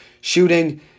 shooting